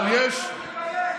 אבל יש, תתבייש,